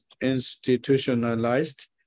institutionalized